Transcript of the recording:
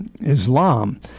Islam